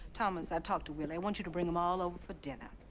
thomas, i talked to willie. i want you to bring them all over for dinner.